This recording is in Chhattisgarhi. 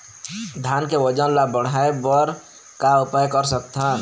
धान के वजन ला बढ़ाएं बर का उपाय कर सकथन?